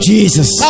Jesus